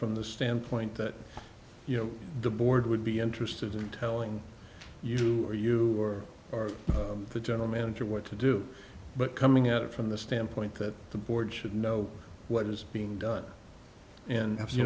from the standpoint that you know the board would be interested in telling you or you or the general manager what to do but coming at it from the standpoint that the board should know what is being done and